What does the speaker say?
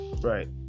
Right